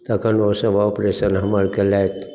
तखन ओसभ ऑपरेशन हमर कयलथि